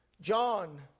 John